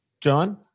John